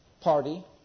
party